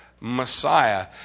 Messiah